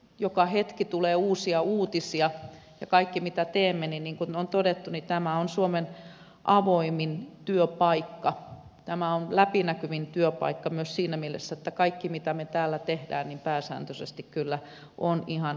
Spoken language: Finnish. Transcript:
joka hetki tulee uusia uutisia ja niin kuin on todettu tämä on suomen avoimin työpaikka tämä on läpinäkyvin työpaikka myös siinä mielessä että kaikki mitä me täällä teemme pääsääntöisesti kyllä on ihan kaikkien arvioitavissa